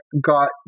got